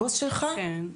כן.